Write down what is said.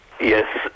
yes